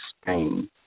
Spain